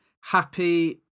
Happy